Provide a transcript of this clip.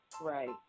Right